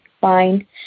fine